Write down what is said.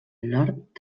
nord